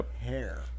Hair